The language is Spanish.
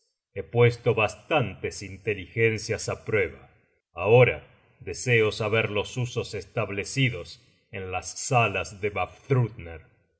he puesto bastantes inteligencias á prueba ahora deseo saber los usos establecidosen las salas de